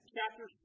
Chapter